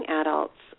adults